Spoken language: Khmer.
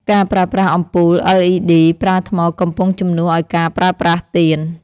ការប្រើប្រាស់អំពូល LED ប្រើថ្ម កំពុងជំនួសឱ្យការប្រើប្រាស់ទៀន។